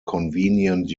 convenient